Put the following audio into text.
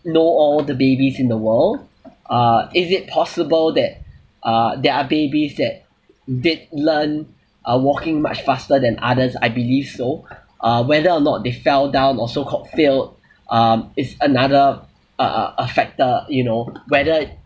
know all the babies in the world uh is it possible that uh there are babies that did learn uh walking much faster than others I believe so uh whether or not they fell down or so called fail uh is another uh uh factor you know whether